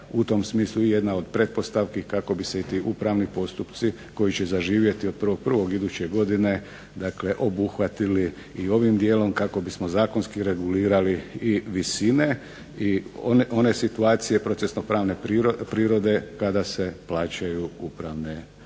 u tom smislu i jedna od pretpostavki kako bi se i ti upravni postupci koji će zaživjeti od 1.1. iduće godine obuhvatili i ovim dijelom kako bismo zakonski regulirali i visine i one situacije procesno pravne prirode kada se plaćaju sudske pristojbe.